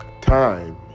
Time